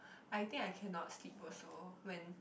I think I cannot sleep also when